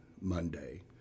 Monday